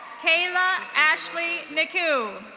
kayla ashley naku.